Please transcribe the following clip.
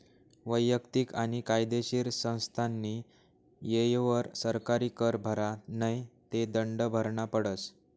वैयक्तिक आणि कायदेशीर संस्थास्नी येयवर सरकारी कर भरा नै ते दंड भरना पडस